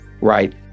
right